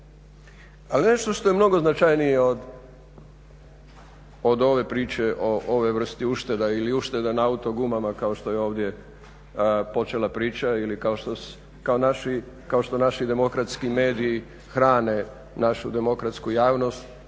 Ali nešto što je mnogo značajnije od ove priče o ovoj vrsti ušteda ili ušteda na auto gumama kao što je ovdje počela priča ili kao što naši demokratski mediji hrane našu demokratsku javnost,